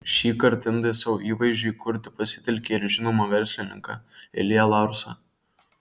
šįkart indai savo įvaizdžiui kurti pasitelkė ir žinomą verslininką ilją laursą